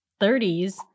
30s